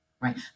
right